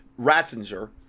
Ratzinger